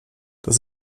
das